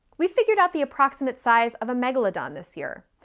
we figured out the approximate size of a megalodon this year.